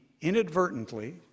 inadvertently